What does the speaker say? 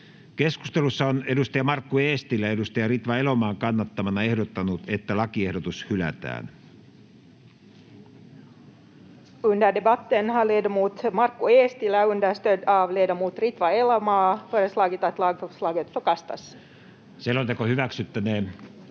Keskustelussa on Markku Eestilä Ritva Elomaan kannattamana ehdottanut, että lakiehdotus hylätään. [Speech 3] Speaker: